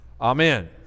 Amen